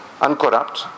Uncorrupt